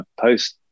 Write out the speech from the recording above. post